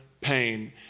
pain